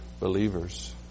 believers